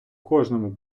кожному